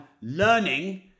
learning